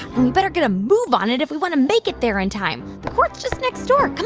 we better get a move on it if we want to make it there in time. the court's just next door.